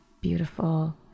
beautiful